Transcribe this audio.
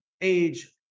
age